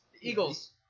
Eagles